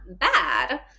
bad